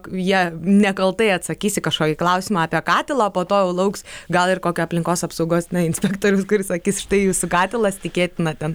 jie nekaltai atsakys į kažkokį klausimą apie katilą po to lauks gal ir kokia aplinkos apsaugos inspektorius kuris sakys štai jūsų katilas tikėtina ten